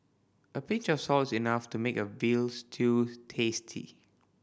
a pinch of salt is enough to make a veal stew tasty